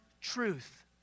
truth